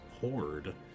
Horde